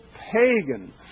pagan